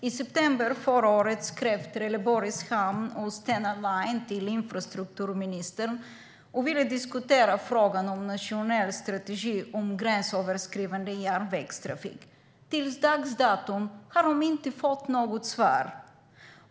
I september förra året skrev Trelleborgs Hamn och Stena Line till infrastrukturministern och ville diskutera frågan om en nationell strategi för gränsöverskridande järnvägstrafik. Till dags dato har de inte fått något svar.